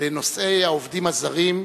לנושא העובדים הזרים,